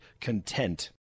content